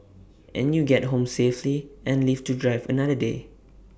and you get home safely and live to drive another day